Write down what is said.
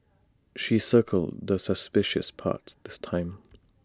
she circled the suspicious parts this time